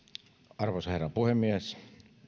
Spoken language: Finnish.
arvoisa herra puhemies